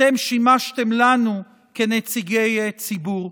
אתם שימשתם לנו כנציגי ציבור,